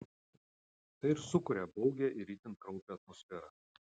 tai ir sukuria baugią ir itin kraupią atmosferą